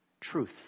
truth